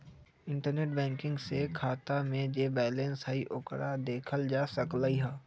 internet banking से खाता में जे बैलेंस हई ओकरा देखल जा सकलई ह